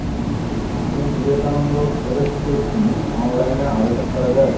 স্বামী বিবেকানন্দ ফেলোশিপে কি অনলাইনে আবেদন করা য়ায়?